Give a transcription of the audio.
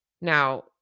Now